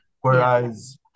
Whereas